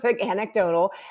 anecdotal